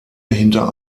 hinter